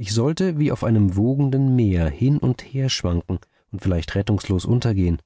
ich sollte wie auf einem wogenden meer hin und her schwanken und vielleicht rettungslos untergehen